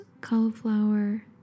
cauliflower